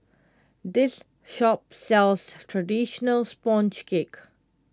this shop sells Traditional Sponge Cake